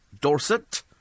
Dorset